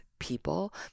people